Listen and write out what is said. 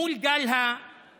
מול גל העלייה